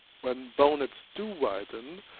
when bonnets do widen,